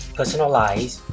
Personalize